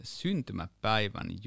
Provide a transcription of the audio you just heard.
syntymäpäivän